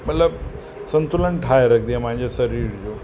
मतिलबु संतुलन ठाहे रखंदी आहे मुंहिंजे शरीर जो